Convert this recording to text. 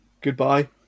Goodbye